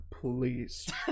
please